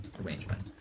arrangement